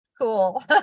cool